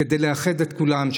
כדי לאחד את כולם,